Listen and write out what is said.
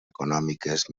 econòmiques